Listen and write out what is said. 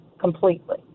completely